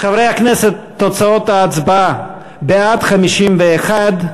חברי הכנסת, תוצאות ההצבעה: בעד, 51,